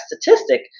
statistic